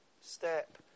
step